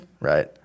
Right